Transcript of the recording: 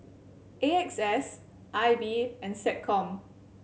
A X S I B and SecCom